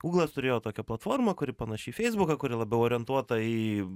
gūglas turėjo tokią platformą kuri panaši į feisbuką kuri labiau orientuota į